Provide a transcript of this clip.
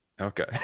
Okay